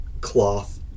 cloth